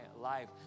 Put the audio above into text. life